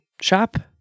shop